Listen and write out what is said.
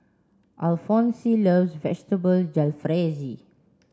Alfonse loves Vegetable Jalfrezi